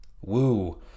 Woo